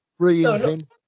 reinvent